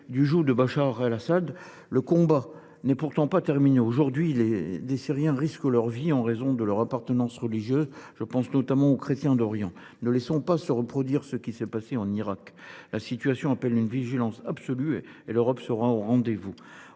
du joug de Bachar al Assad, mais le combat n’est pas terminé. Aujourd’hui, des Syriens risquent leur vie en raison de leur appartenance religieuse ; je pense notamment aux chrétiens d’Orient. Ne laissons pas se reproduire ce qu’il s’est passé en Irak ! La situation appelle une vigilance absolue, et l’Europe devra être au rendez vous.